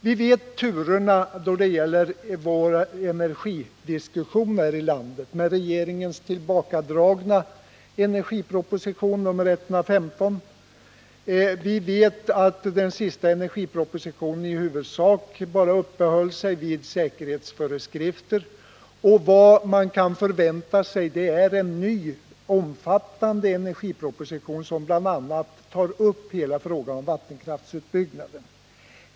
Vi känner till turerna i energidiskussionen här i landet med tillbakadra on nr 115. Vi vet också att man i den gandet av regeringens energipropos senaste energipropositionen i huvudsak bara uppehöll sig vid säkerhetsföreskrifter. Vad vi nu väntar på är en ny omfattande energiproposition, där bl.a. frågan om vattenkraftsutbyggnaden tas upp.